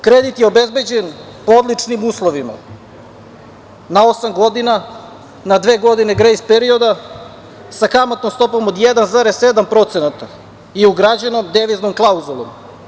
Kredit je obezbeđen, po odličnim uslovima, na 8 godina, na dve godine grejs perioda, sa kamatnom stopom od 1,7% i ugrađenom deviznom klauzulom.